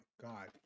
god